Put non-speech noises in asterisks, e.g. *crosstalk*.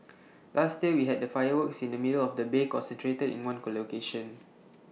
last year we had the fireworks in the middle of the bay concentrated in one *unintelligible* location